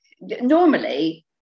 normally